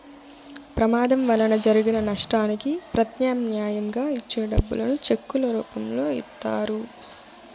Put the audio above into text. ప్రమాదం వలన జరిగిన నష్టానికి ప్రత్యామ్నాయంగా ఇచ్చే డబ్బులను చెక్కుల రూపంలో ఇత్తారు